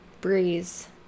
Breeze